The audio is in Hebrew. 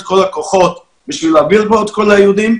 כל הכוחות כדי להביא לפה את כל היהודים,